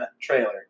trailer